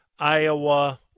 Iowa